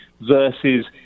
versus